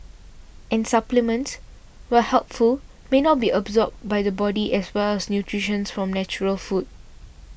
and supplements while helpful may not be absorbed by the body as well as nutrients from natural food